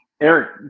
Eric